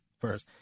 first